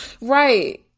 Right